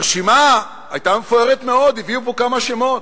הרשימה היתה מפוארת מאוד, הביאו פה כמה שמות.